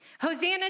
Hosanna